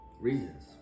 reasons